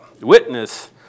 witness